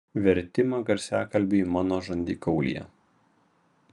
vertimą garsiakalbiui mano žandikaulyje